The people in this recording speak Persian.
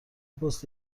پست